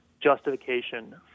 justification